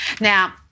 Now